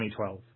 2012